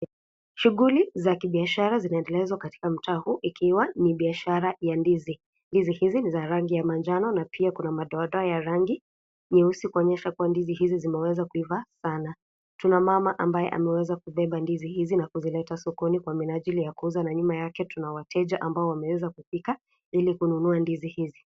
Shughuli za kibiashara zinaendelezwa katika mtaa huu, ikiwa ni biashara ya ndii. Ndizi hizi ni za rangi ya manjano na pia kuna madoadoa ya rangi nyeusi, kuonyesha kuwa ndizi hizo zimeweza kuvaa sana. Tuna mama ambaye ameweza kubeba ndizi hizi na kuzileta sokoni kwa minajili ya kuuza. Na nyuma yake tunawateja ambao wameweza kufika ili kununua ndizi hizi.